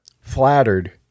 flattered